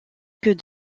que